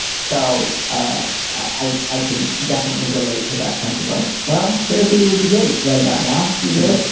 so ah i i can definitely relate to that sense of like, well, therapy would be great right about now. yeah.